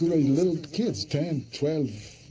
little kids, ten, twelve,